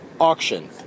auction